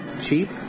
cheap